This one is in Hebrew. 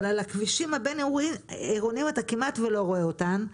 אבל על הכבישים הבין עירוניים אתה כמעט ולא רואה אותן.